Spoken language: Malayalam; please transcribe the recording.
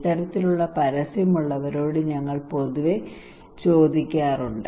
ഇത്തരത്തിലുള്ള പരസ്യം ഉള്ളവരോട് ഞങ്ങൾ പൊതുവെ ചോദിക്കാറുണ്ട്